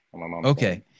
Okay